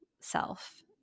self